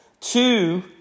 Two